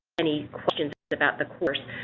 any questions about the course.